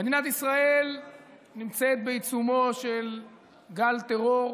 מדינת ישראל נמצאת בעיצומו של גל טרור,